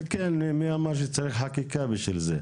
כן, כן, מי אמר שצריך חקיקה בשביל זה?